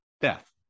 death